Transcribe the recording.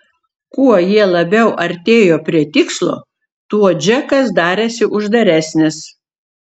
kuo jie labiau artėjo prie tikslo tuo džekas darėsi uždaresnis